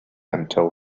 until